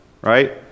right